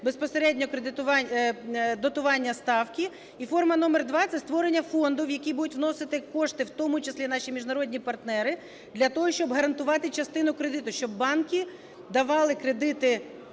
безпосередньо дотування ставки, і форма номер 2 – це створення фонду, в який будуть вносити кошти, в тому числі, наші міжнародні партнери для того, щоб гарантувати частину кредиту, щоб банки давали кредити